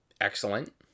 Excellent